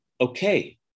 Okay